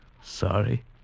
Sorry